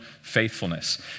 faithfulness